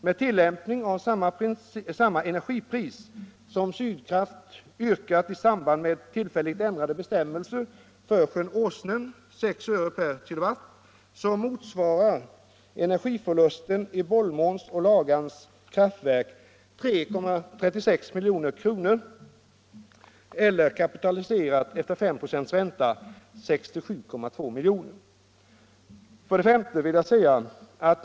Med tillämpning av samma energipris som Sydkraft yrkat i samband 5.